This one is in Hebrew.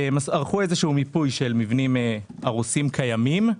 ערכו איזה שהוא מיפוי של מבנים הרוסים קיימים.